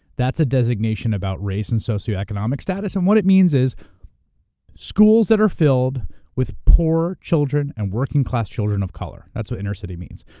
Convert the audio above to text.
that's a designation about race and socioeconomic status and what it means is schools that are filled with poor children and working-class children of color. that's what inner-city means.